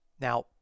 Now